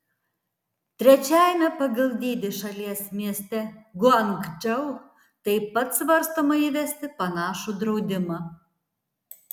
trečiajame pagal dydį šalies mieste guangdžou taip pat svarstoma įvesti panašų draudimą